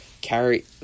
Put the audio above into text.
carry